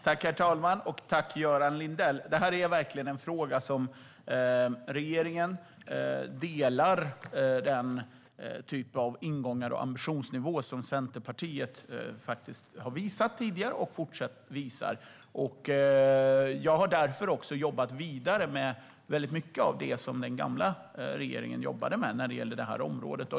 Herr talman! Tack, Göran Lindell! Detta är verkligen en fråga där regeringen delar den typ av ingångar och ambitionsnivå som Centerpartiet har visat tidigare och fortfarande visar. Jag har därför jobbat vidare med mycket av det som den gamla regeringen jobbade med på detta område.